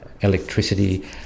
electricity